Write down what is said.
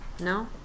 No